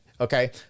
Okay